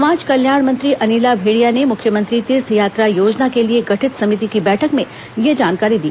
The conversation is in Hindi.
समाज कल्याण मंत्री अनिला भेंड़िया ने मुख्यमंत्री तीर्थयात्रा योजना के लिए गठित समिति की बैठक में यह जानकारी दी